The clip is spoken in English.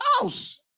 house